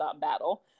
battle